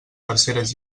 terceres